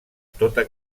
tota